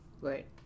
right